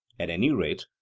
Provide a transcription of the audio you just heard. at any rate,